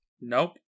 Nope